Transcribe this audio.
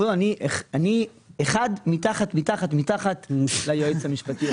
כבודו, אני אחד מתחת מתחת מתחת ליועץ המשפטי.